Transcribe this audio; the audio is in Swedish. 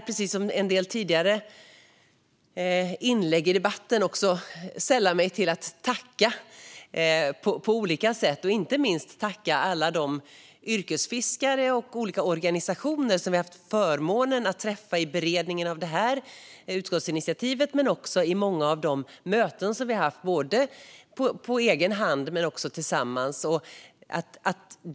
Precis som en del tidigare talare vill jag tacka alla de yrkesfiskare och organisationer som vi har haft förmånen att få träffa i beredningen av det här utskottsinitiativet och vid andra möten som vi haft på egen hand och tillsammans.